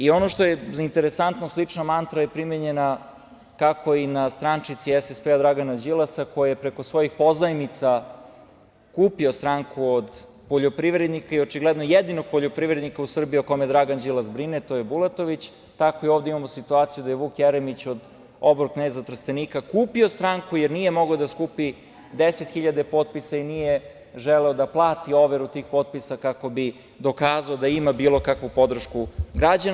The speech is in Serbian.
Ono što je interesantno, slična mantra je primenjena kako i na strančici SSP Dragana Đilasa, koja je preko svojih pozajmica kupio stranku od poljoprivrednika i očigledno jedinog poljoprivrednika u Srbiji o kome Dragan Đilas brine, to je Bulatović, tako i ovde imamo situaciju da je Vuk Jeremić od obor kneza Trstenika kupio stranku, jer nije mogao da skupi deset hiljada potpisa i nije želeo da plati overu tih potpisa kako bi dokazao da ima bilo kakvu podršku građana.